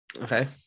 Okay